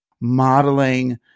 modeling